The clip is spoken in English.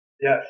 yes